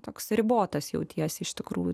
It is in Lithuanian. toks ribotas jautiesi iš tikrųjų